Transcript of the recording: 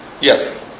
Yes